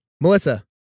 Melissa